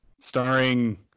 starring